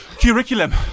curriculum